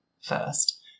first